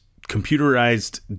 computerized